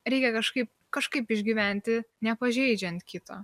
reikia kažkaip kažkaip išgyventi nepažeidžiant kito